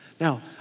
Now